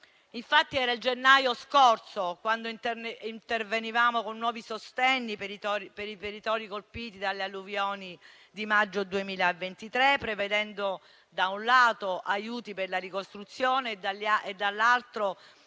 lavoro. Era il gennaio scorso quando intervenivamo con nuovi sostegni per i territori colpiti dalle alluvioni del maggio 2023, prevedendo, da un lato, aiuti per la ricostruzione e, dall'altro, aiuti per la ripartenza